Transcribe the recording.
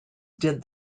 did